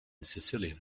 sicilian